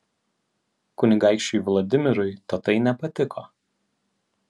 kunigaikščiui vladimirui tatai nepatiko